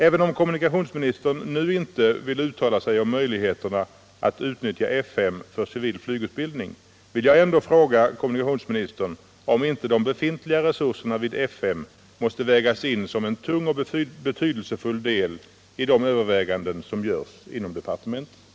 Även om kommunikationsministern nu inte vill uttala sig om möjligheterna att utnyttja F 5 för civil flygutbildning vill jag fråga kommunikationsministern om inte de befintliga resurserna vid F 5 måste vägas in som en tung och betydelsefull del i de överväganden som görs inom departementen.